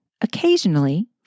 Occasionally